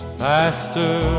faster